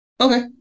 okay